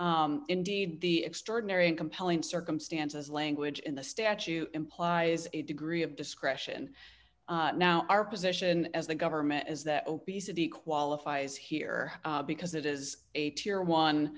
indeed the extraordinary and compelling circumstances language in the statute implies a degree of discretion now our position as the government is that obesity qualifies here because it is a tier one